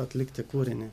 atlikti kūrinį